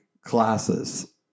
classes